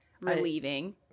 relieving